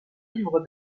livre